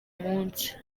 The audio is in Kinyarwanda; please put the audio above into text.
munsi